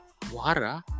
Wara